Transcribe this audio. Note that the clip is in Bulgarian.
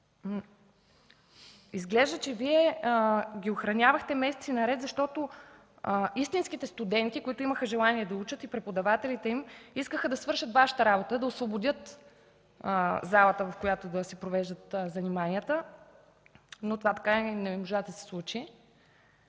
Изглежда, че Вие ги охранявахте месеци наред, защото истинските студенти, които имаха желание да учат, и преподавателите им, искаха да свършат Вашата работа – да освободят залата, в която да си провеждат заниманията, но това така и не можа да се случи.